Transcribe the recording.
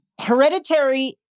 Hereditary